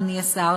אדוני השר,